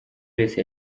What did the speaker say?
wese